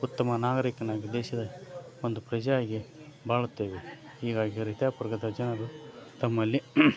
ಉತ್ತಮ ನಾಗರೀಕನಾಗಿ ದೇಶದ ಒಂದು ಪ್ರಜೆಯಾಗಿ ಬಾಳುತ್ತೇವೆ ಹೀಗಾಗಿ ರೈತಾಪಿ ವರ್ಗದ ಜನರು ತಮ್ಮಲ್ಲಿ